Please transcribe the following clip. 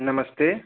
नमस्ते